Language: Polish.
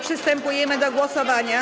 Przystępujemy do głosowania.